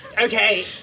Okay